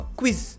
quiz